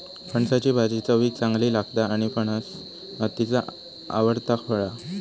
फणसाची भाजी चवीक चांगली लागता आणि फणस हत्तीचा आवडता फळ हा